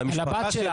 על המשפחה שלה,